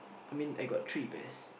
I mean I got three bears